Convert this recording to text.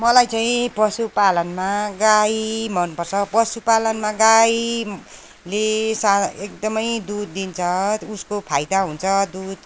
मलाई चाहिँ पशुपालनमा गाई मन पर्छ पशुपालनमा गाईले सा एकदमै दुध दिन्छ उसको फाइदा हुन्छ दुध